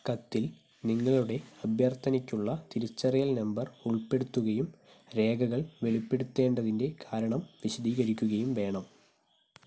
കത്തിൽ നിങ്ങളുടെ അഭ്യർത്ഥനയ്ക്കുള്ള തിരിച്ചറിയൽ നമ്പർ ഉൾപ്പെടുത്തുകയും രേഖകൾ വെളിപ്പെടുത്തേണ്ടതിൻ്റെ കാരണം വിശദീകരിക്കുകയും വേണം